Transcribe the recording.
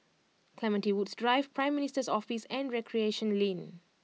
Clementi Woods Drive Prime Minister's Office and Recreation Lane